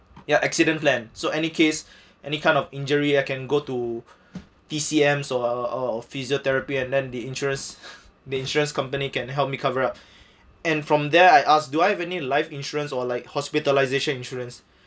ya accident plan so any case any kind of kind of injury I can go to T_C_M so or physiotherapy and then the insurance the insurance company can help me cover up and from there I asked do I have any life insurance or like hospitalisation insurance